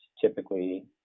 typically